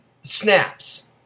Snaps